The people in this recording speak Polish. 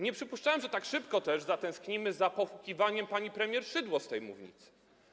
Nie przypuszczałem, że tak szybko też zatęsknimy za pohukiwaniem pani premier Szydło z tej mównicy.